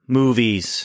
movies